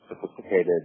sophisticated